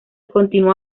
continúa